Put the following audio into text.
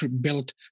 built